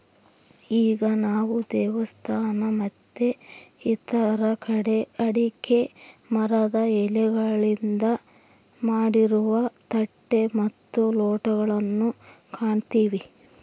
ಈಗ ನಾವು ದೇವಸ್ಥಾನ ಮತ್ತೆ ಇತರ ಕಡೆ ಅಡಿಕೆ ಮರದ ಎಲೆಗಳಿಂದ ಮಾಡಿರುವ ತಟ್ಟೆ ಮತ್ತು ಲೋಟಗಳು ಕಾಣ್ತಿವಿ